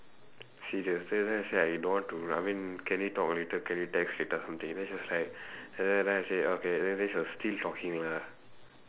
she just say then I say I don't want to I mean can we talk later can we text later or something then she was like then then then I say okay then she was still talking lah